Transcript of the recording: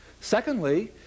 Secondly